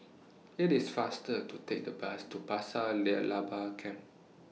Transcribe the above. IT IS faster to Take The Bus to Pasir near Laba Camp